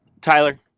Tyler